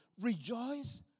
Rejoice